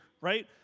right